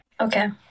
Okay